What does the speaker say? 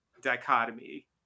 dichotomy